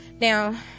Now